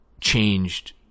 changed